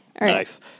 Nice